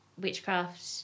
witchcraft